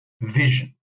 vision